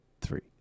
three